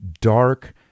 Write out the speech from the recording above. dark